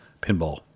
pinball